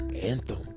Anthem